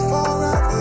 Forever